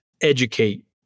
educate